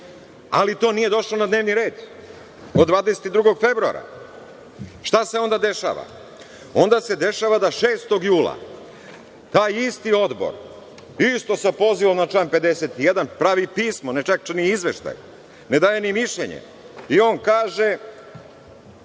ali to nije došlo na dnevni red od 22. februara. Šta se onda dešava? Onda se dešava da 6. jula taj isti Odbor isto se poziva na član 51, pravi pismo, ne čak ni izveštaj, ne daje ni mišljenje, i on kaže